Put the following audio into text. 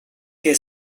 que